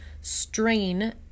strain